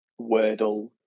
Wordle